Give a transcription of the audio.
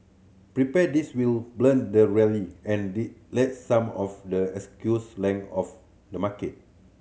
prepare this will blunt the rally and the let some of the excess length of the market